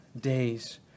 days